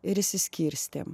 ir išsiskirstėm